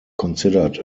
considered